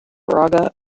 braga